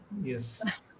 yes